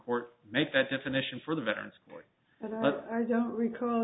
court make that definition for the veterans court but i don't recall